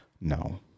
No